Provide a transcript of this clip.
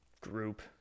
group